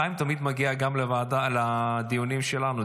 חיים תמיד מגיע גם לדיונים שלנו,